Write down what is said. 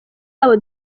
wabo